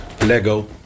Lego